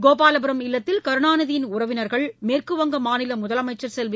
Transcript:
கோபாலபுரம் இல்லத்தில் கருணாநிதியின் உறவினர்கள் மேற்கு வங்க மாநில முதலமைச்சர் செல்வி